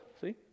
see